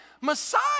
Messiah